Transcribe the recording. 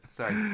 Sorry